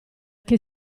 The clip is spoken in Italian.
che